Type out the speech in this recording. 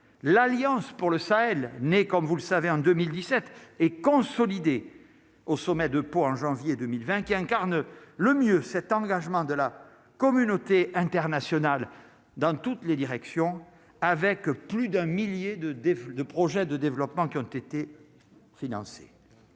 l'Alliance pour le Sahel n'comme vous le savez, en 2017 et consolidé au sommet de Pau en janvier 2020, qui incarne le mieux cet engagement de la communauté internationale dans toutes les directions, avec plus d'un millier de défaut de projets de développement qui ont été financés.